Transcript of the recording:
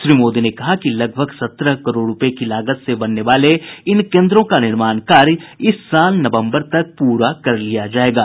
श्री मोदी ने कहा कि लगभग सत्रह करोड़ रुपये की लागत से बनने वाले इन केन्द्रों का निर्माण कार्य इस साल नवम्बर तक पूरा कर लिया जायेगा